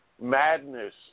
Madness